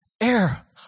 air